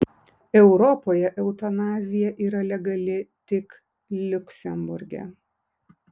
europoje eutanazija yra legali tik liuksemburge